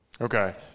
Okay